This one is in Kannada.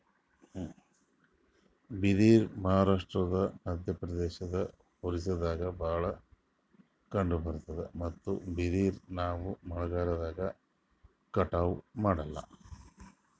ಬಿದಿರ್ ಮಹಾರಾಷ್ಟ್ರ, ಮಧ್ಯಪ್ರದೇಶ್, ಒರಿಸ್ಸಾದಾಗ್ ಭಾಳ್ ಕಂಡಬರ್ತಾದ್ ಮತ್ತ್ ಬಿದಿರ್ ನಾವ್ ಮಳಿಗಾಲ್ದಾಗ್ ಕಟಾವು ಮಾಡಲ್ಲ